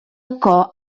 toccò